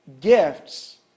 Gifts